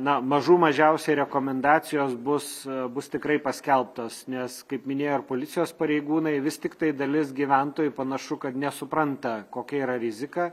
na mažų mažiausiai rekomendacijos bus bus tikrai paskelbtos nes kaip minėjo ir policijos pareigūnai vis tiktai dalis gyventojų panašu kad nesupranta kokia yra rizika